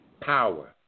Power